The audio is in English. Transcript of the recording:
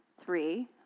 three